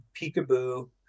peekaboo